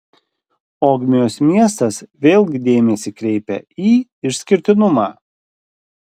ogmios miestas vėlgi dėmesį kreipia į išskirtinumą